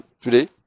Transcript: today